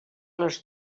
les